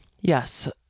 yes